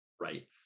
Right